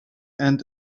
and